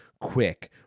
quick